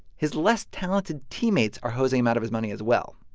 his less-talented teammates are hosing him out of his money as well.